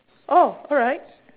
oh alright